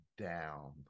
down